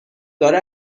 داره